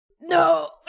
No